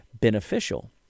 beneficial